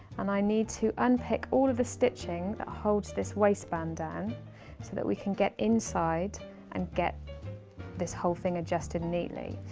and i need to unpick all the stitching that holds this waistband down so that we can get inside and get this whole thing adjusted neatly.